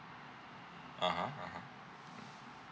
(uh huh) (uh huh) mm